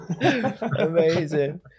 Amazing